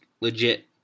legit